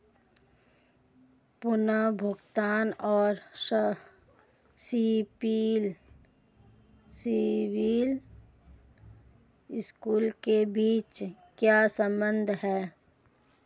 पुनर्भुगतान और सिबिल स्कोर के बीच क्या संबंध है?